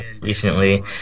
recently